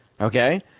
okay